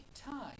time